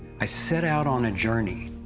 i set out on a journey,